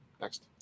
Next